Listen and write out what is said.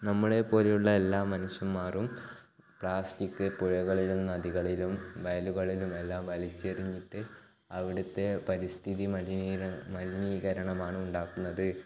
നമ്മളെ പോലെയുള്ള എല്ലാ മനുഷ്യന്മാരും പ്ലാസ്റ്റിക് പുഴകളിലും നദികളിലും വയലുകളിലും എല്ലാം വലിച്ച് എറിഞ്ഞിട്ട് അവിടുത്തെ പരിസ്ഥിതി മലിനീകരണം മലിനീകരണമാണ് ഉണ്ടാകുന്നത്